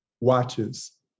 watches